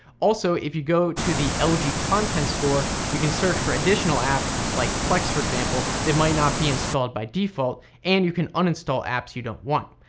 also if you go to the lg content store you can search for additional apps like plex for example, that might not be installed by default, and you can uninstall apps you don't want.